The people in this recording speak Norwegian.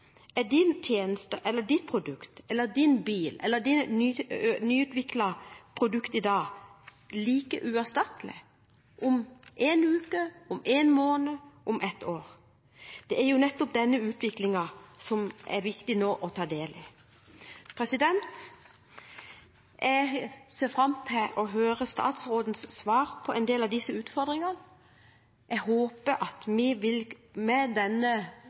Er din tjeneste, ditt produkt, din bil eller ditt nyutviklede produkt i dag like uerstattelig om en uke, om en måned, om et år? Det er nettopp denne utviklingen som det er viktig nå å ta del i. Jeg ser fram til å høre statsrådens svar på en del av disse utfordringene. Jeg håper at vi med denne debatten vil